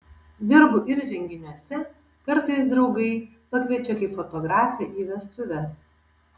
dirbu ir renginiuose kartais draugai pakviečia kaip fotografę į vestuves